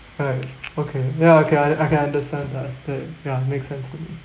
alright okay ya okay I can I can understand that K ya make sense to me